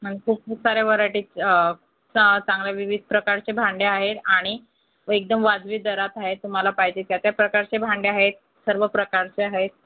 आणि खूप साऱ्या व्हरायटीज चा चांगले विविध प्रकारचे भांडे आहेत आणि एकदम वाजवी दरात आहेत तुम्हाला पाहिजे त्या त्या प्रकारचे भांडे आहेत सर्व प्रकारचे आहेत